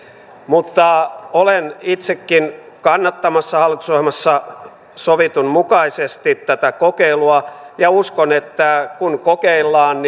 mutta olen itsekin kannattamassa hallitusohjelmassa sovitun mukaisesti tätä kokeilua ja uskon että kun kokeillaan